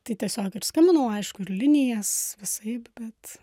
tai tiesiog ir skambinau aišku ir į linijas visaip bet